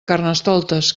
carnestoltes